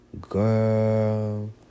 girl